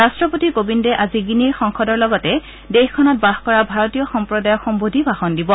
ৰট্টপতি কোবিন্দে আজি গিনিৰ সংসদৰ লগতে দেশখনত বাস কৰা ভাৰতীয় সম্প্ৰদায়ক সম্বোধি ভাষণ দিব